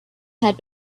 had